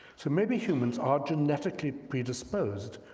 so maybe humans are genetically predisposed,